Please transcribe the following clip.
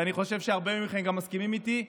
ואני חושב שהרבה מכם גם מסכימים איתי,